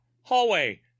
hallway